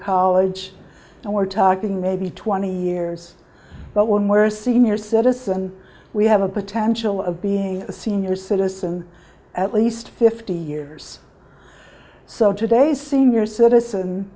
college and we're talking maybe twenty years but when we're senior citizens we have a potential of being a senior citizen at least fifty years so today's senior citizen